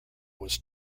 was